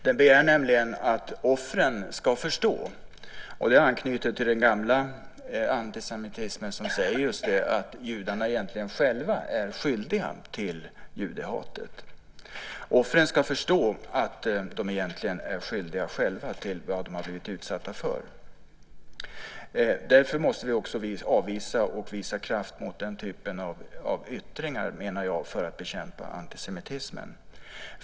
Den begär nämligen att offren ska förstå, och det anknyter till den gamla antisemitismen som säger att judarna egentligen själva är skyldiga till judehatet, att de egentligen själva är skyldiga själva till vad de har blivit utsatta för. Därför måste vi också avvisa och kraftfullt bemöta den typen av yttringar, menar jag, för att bekämpa antisemitismen.